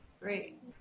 great